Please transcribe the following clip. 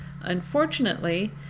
Unfortunately